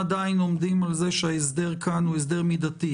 עומדים על זה שההסדר הזה הוא הסדר מידתי?